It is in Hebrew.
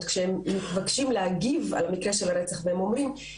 כשהם מתבקשים להגיב על מקרה הרצח והם אומרים,